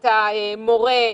את המורה,